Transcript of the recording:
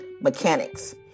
mechanics